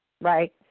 right